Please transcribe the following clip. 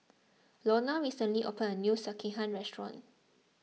Lona recently opened a new Sekihan restaurant